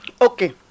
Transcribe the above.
Okay